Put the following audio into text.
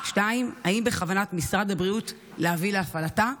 2. האם בכוונת משרד הבריאות להביא להפעלתה,